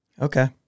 Okay